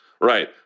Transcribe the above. Right